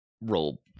roll